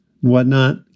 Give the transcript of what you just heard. whatnot